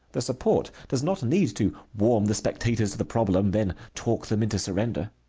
the support does not need to warm the spectators to the problem, then talk them into surrender.